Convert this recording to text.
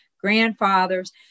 grandfathers